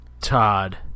Todd